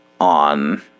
on